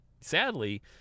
Sadly